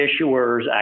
issuers